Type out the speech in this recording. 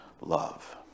love